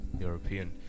European